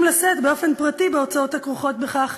לשאת באופן פרטי בהוצאות הכרוכות בכך,